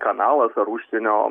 kanalas ar užsienio